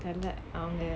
தெரில அவங்க:terila avanga